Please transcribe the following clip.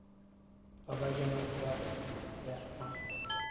ᱵᱟᱵᱟ ᱡᱚᱱᱟ ᱠᱚᱣᱣᱟᱜ ᱟᱞᱮᱭᱟᱜ ᱢᱟ